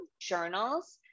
journals